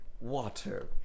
water